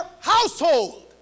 household